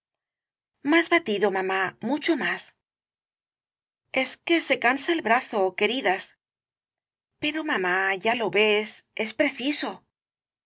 más batido mamá mucho más es que se cansa el brazo queridas pero mamá ya lo ves es preciso